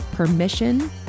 permission